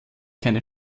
keine